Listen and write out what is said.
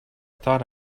thought